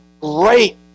great